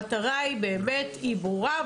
המטרה היא באמת ברורה,